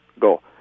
go